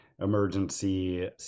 emergency